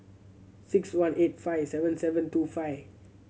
six one eight five seven seven two five